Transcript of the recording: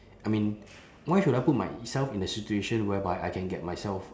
I mean why should I put myself in a situation whereby I can get myself